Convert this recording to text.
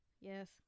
Yes